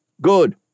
good